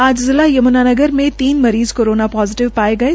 आज जिला यमुनानगर में तीन मरीज़ कोरोना पोजिटिव पाये गये